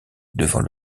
devant